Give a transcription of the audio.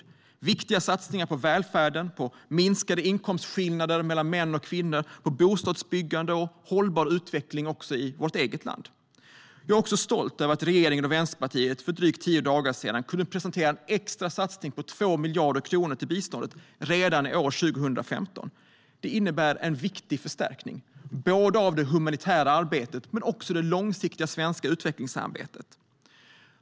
Det är viktiga satsningar på välfärden, på minskade inkomstskillnader mellan män och kvinnor, på bostadsbyggande och på hållbar utveckling också i vårt eget land. Jag är också stolt över att regeringen och Vänsterpartiet för drygt tio dagar sedan kunde presentera en extra satsning om 2 miljarder kronor på biståndet redan i år, 2015. Det innebär en viktig förstärkning av både det humanitära arbetet och det långsiktiga svenska utvecklingssamarbetet.